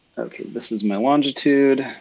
okay, this is my longitude.